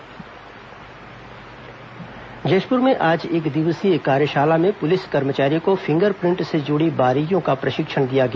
जशपुर प्रशिक्षण जशपुर में आज एकदिवसीय कार्यशाला में पुलिस कर्मचारियों को फिंगर प्रिंट से जुड़ी बारीकियों का प्रशिक्षण दिया गया